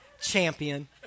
champion